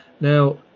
Now